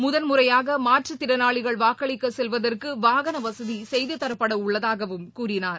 முதன் முறையாக மாற்றுத் திறனாளிகள் வாக்களிக்க செல்வதற்கு வாகன வசதி செய்துதரப்பட உள்ளதாகவும் கூறினார்